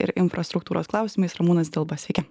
ir infrastruktūros klausimais ramūnas dilba sveiki